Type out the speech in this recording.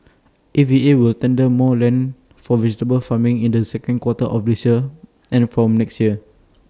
A V A will tender more land for vegetable farming in the second quarter of this year and from next year